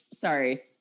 Sorry